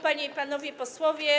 Panie i Panowie Posłowie!